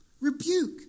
rebuke